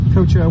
Coach